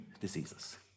diseases